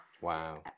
Wow